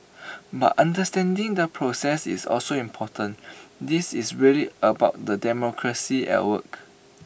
but understanding the process is also important this is really about the democracy at work